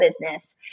business